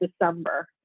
December